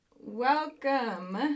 Welcome